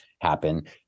happen